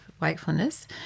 wakefulness